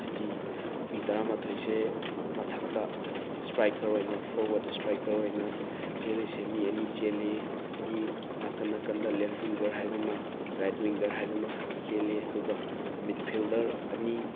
ꯍꯥꯏꯗꯤ ꯃꯤ ꯇꯔꯥꯃꯥꯊꯣꯏꯁꯦ ꯃꯊꯛꯇ ꯏꯁꯇ꯭꯭ꯔꯥꯏꯀꯔ ꯑꯣꯏꯅ ꯐꯣꯔꯋꯥꯗ ꯏꯁꯇ꯭꯭ꯔꯥꯏꯀꯔ ꯑꯣꯏꯅ ꯆꯦꯜꯂꯤꯁꯦ ꯃꯤ ꯑꯅꯤ ꯆꯦꯜꯂꯤ ꯃꯤ ꯅꯥꯀꯟ ꯅꯥꯀꯟꯗ ꯂꯦꯐ ꯋꯤꯡꯒꯔ ꯍꯥꯏꯕ ꯑꯃ ꯔꯥꯏꯠ ꯋꯤꯡꯒꯔ ꯍꯥꯏꯕ ꯑꯃ ꯆꯦꯜꯂꯤ ꯑꯗꯨꯒ ꯃꯤꯗ ꯐꯤꯜꯗꯔ ꯑꯅꯤ